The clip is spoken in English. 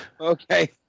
Okay